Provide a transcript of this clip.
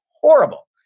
horrible